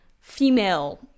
female